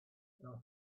does